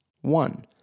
One